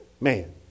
man